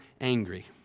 angry